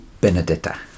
Benedetta